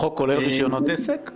החוק כולל רישיונות עסק?